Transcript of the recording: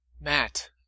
Matt